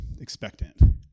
expectant